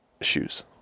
shoes